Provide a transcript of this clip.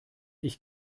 ich